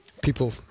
people